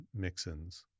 mixins